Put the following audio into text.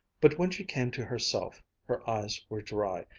but when she came to herself, her eyes were dry,